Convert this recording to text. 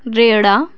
ਰੇੜ੍ਹਾ